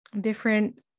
different